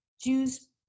Jews